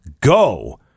Go